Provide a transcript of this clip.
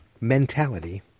Mentality